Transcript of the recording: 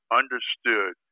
understood